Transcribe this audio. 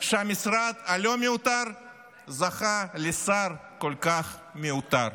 שהמשרד הלא-מיותר זכה לשר כל כך מיותר.